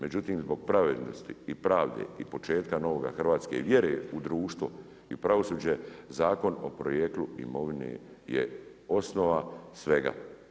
Međutim, zbog pravednosti i pravde i početka novoga Hrvatske i vjere u društvo i pravosuđe Zakon o porijeklu imovine je osnova svega.